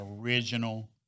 original